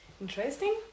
interesting